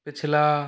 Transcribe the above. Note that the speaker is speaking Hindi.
पिछला